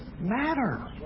matter